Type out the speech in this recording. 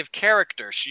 character